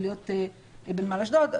או להיות בנמל אשדוד,